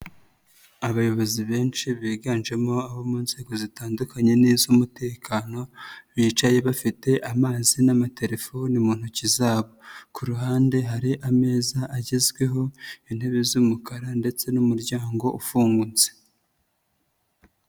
Abayobozi benshi biganjemo abo mu nzego zitandukanye n'iz'umutekano, bicaye bafite amazi n'amatelefoni mu ntoki zabo, ku ruhande hari ameza agezweho, intebe z'umukara ndetse n'umuryango ufungutse.